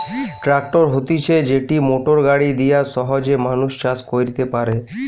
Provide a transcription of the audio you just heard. tractor হতিছে যেটি motor গাড়ি দিয়া সহজে মানুষ চাষ কইরতে পারে